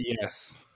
Yes